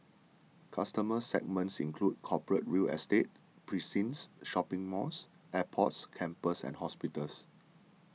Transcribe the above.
customer segments include corporate real estate precincts shopping malls airports campuses and hospitals